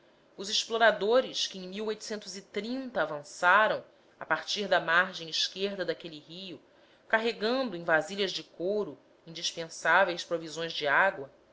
os exploradores que em avançaram a partir da margem esquerda daquele rio carregando em vasilhas de couro indispensáveis provisões de água